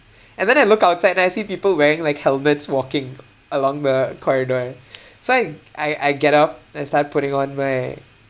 and then I look outside and I see people wearing like helmets walking along the corridor so I I I get up and I start putting on my